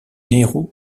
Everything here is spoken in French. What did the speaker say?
nehru